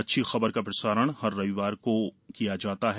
अच्छी खबर का प्रसारण हर रविवार को किया जाता है